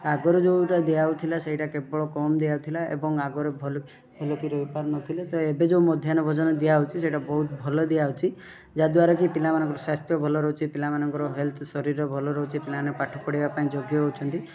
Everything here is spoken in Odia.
ଆଗରୁ ଯେଉଁଟା ଦିଆହେଉଥିଲା ସେଇଟା କେବଳ କମ୍ ଦିଆହେଉଥିଲା ଏବଂ ଆଗରୁ ଭଲ ଭଲକି ରହିପାରୁନଥିଲେ ତ ଏବେ ଯେଉଁ ମଧ୍ୟାହ୍ନ ଭୋଜନ ଦିଆହେଉଛି ସେଇଟା ବହୁତ ଭଲ ଦିଆହେଉଛି ଯାହାଦ୍ୱାରାକି ପିଲାମାନଙ୍କର ସ୍ୱାସ୍ଥ୍ୟ ଭଲ ରହୁଛି ପିଲାମାନଙ୍କର ହେଲ୍ଥ ଶରୀର ଭଲ ରହୁଛି ପିଲାମାନେ ପାଠ ପଢ଼ିବା ପାଇଁ ଯୋଗ୍ୟ ହେଉଛନ୍ତି